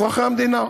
אזרחי המדינה.